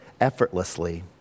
effortlessly